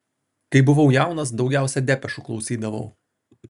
kai buvau jaunas daugiausiai depešų klausydavau